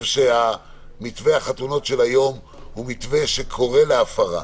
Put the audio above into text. שמתווה החתונות של היום הוא מתווה שקורא להפרה